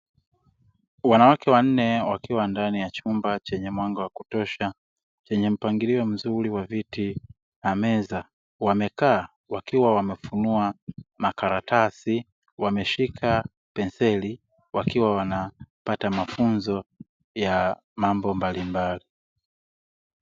Wanawake wanne wakiwa ndani ya chumba chenye mwanga wa kutosha chenye mpangilio mzuri wa viti na meza, wamekaa wakiwa wamefunua makaratasi, wameshika penseli wakiwa wanapata mafunzo ya mambo mbalimbali.